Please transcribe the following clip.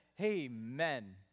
amen